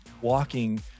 walking